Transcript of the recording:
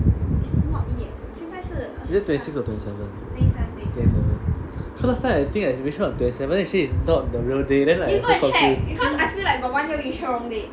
is it twenty six or twenty seven twenty seven so last time I think I wish her on twenty seven then she say is not the real day then like I so confused